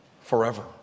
forever